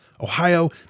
Ohio